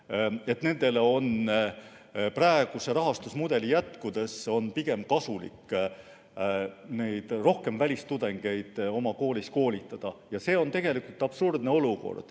nendele on praeguse rahastusmudeli jätkudes kasulik rohkem välistudengeid oma koolis koolitada. Ja see on tegelikult absurdne olukord,